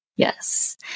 Yes